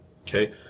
Okay